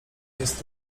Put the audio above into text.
jest